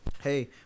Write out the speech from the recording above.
Hey